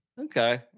Okay